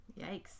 Yikes